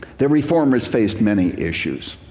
the reformers faced many issues.